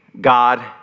God